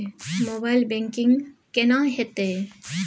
Mobile banking केना हेते?